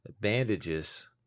bandages